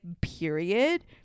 period